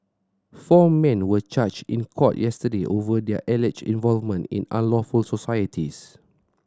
four men were charged in court yesterday over their alleged involvement in unlawful societies